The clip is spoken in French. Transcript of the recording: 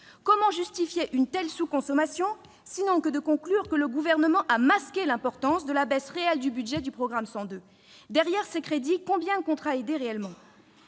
Comment justifier une telle sous-consommation, sinon en concluant que le Gouvernement a masqué l'importance de la baisse réelle du budget de ce programme ? Derrière ces crédits, combien, réellement,